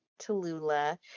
Tallulah